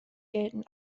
gelten